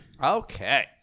Okay